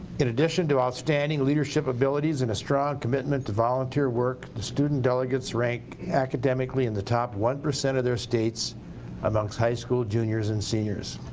in addition to outstanding leadership abilities and a strong commitment to volunteer work, the student delegates rank academically in the top one percent of their states amongst high school juniors and seniors.